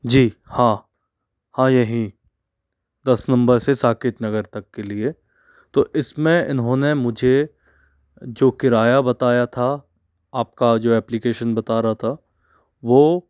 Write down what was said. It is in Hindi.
जी हाँ हाँ यही दस नंबर से साकेत नगर तक के लिए तो इस में इन्होंने मुझे जो किराया बताया था आप का जो एपलीकेसन बता रहा था वो